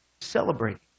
celebrating